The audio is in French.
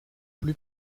plus